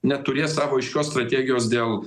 neturės savo aiškios strategijos dėl